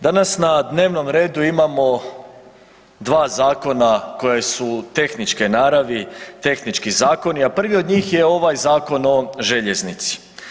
Danas na dnevnom redu imamo dva zakona koja su tehničke naravi, tehnički zakoni, a prvi od njih je ovaj Zakon o željeznici.